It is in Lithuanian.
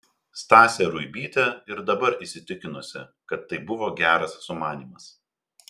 stasė ruibytė ir dabar įsitikinusi kad tai buvo geras sumanymas